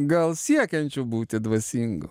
gal siekiančiu būti dvasingu